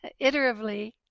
iteratively